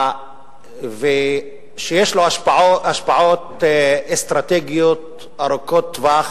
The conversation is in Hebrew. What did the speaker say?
שיש לו השפעות אסטרטגיות ארוכות טווח,